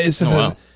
Wow